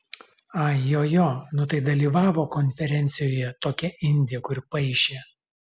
ai jo jo nu tai dalyvavo konferencijoje tokia indė kur paišė